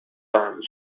firms